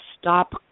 stop